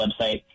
website